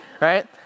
right